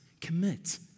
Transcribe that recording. commit